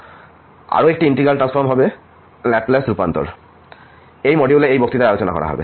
আরও একটি integral transform হবে ল্যাপ্লেস রূপান্তর এই মডিউলে এই বক্তৃতায় আলোচনা করা হবে